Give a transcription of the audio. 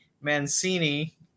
Mancini